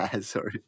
sorry